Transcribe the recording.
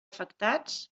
afectats